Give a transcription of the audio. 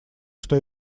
что